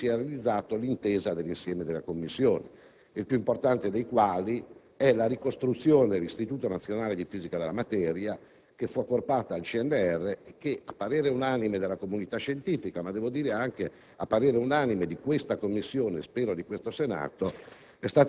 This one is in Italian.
su cui si è realizzata l'intesa dell'insieme della Commissione. Il più importante di tali casi è la ricostruzione dell'Istituto nazionale di fisica della materia, che fu accorpato al CNR e che, a parere unanime della comunità scientifica, ma anche di questa Commissione, e spero del Senato,